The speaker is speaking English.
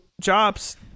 Jobs